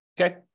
Okay